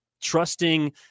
trusting